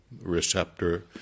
receptor